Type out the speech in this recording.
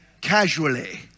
casually